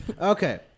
Okay